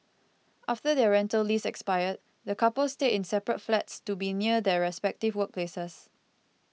after their rental lease expired the coupled stayed in separate flats to be near their respective workplaces